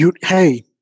Hey